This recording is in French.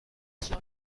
sur